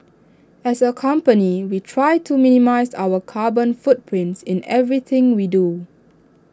as A company we try to minimise our carbon footprint in everything we do